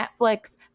Netflix